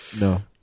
No